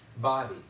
body